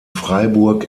freiburg